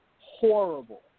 horrible